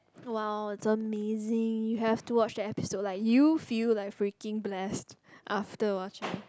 !wow! it's amazing you have to watch that episode like you feel like freaking blessed after watching